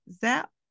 ZAP